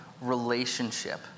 relationship